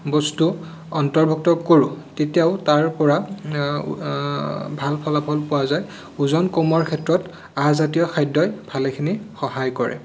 বস্তু অন্তৰ্ভুক্ত কৰোঁ তেতিয়াও তাৰপৰা ভাল ফলাফল পোৱা যায় ওজন কমোৱাৰ ক্ষেত্ৰত আঁহ জাতীয় খাদ্যই ভালেখিনি সহায় কৰে